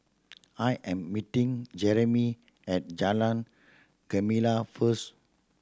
I am meeting Jereme at Jalan Gemala first